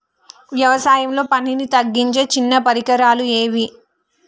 వ్యవసాయంలో పనిని తగ్గించే చిన్న పరికరాలు ఏవి?